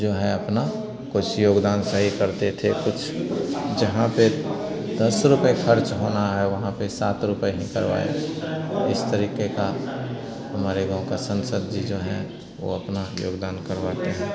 जो है अपना कुछ योगदान सही करते थे कुछ जहाँ पर दस रुपए ख़र्च होना है वहाँ पर सात रुपए ही करवाएंगे इस तरीक़े का हमारे गाँव का संसद जी जो हैं वे अपना योगदान करवाते हैं